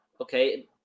Okay